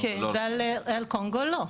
אבל על קונגו לא.